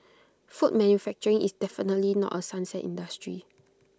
food manufacturing is definitely not A sunset industry